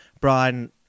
Brian